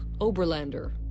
Oberlander